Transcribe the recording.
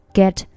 get